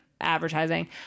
advertising